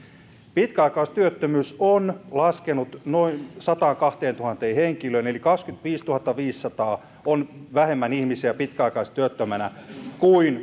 pitkäaikaistyöttömyys on laskenut noin sataankahteentuhanteen henkilöön eli kaksikymmentäviisituhattaviisisataa on vähemmän ihmisiä pitkäaikaistyöttömänä kuin